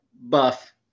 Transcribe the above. buff